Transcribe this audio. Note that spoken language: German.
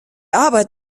arbeit